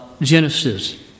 Genesis